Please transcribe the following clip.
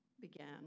began